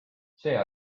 see